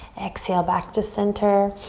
exhale back to center.